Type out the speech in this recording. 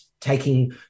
taking